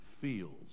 feels